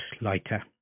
lighter